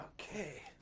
Okay